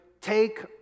take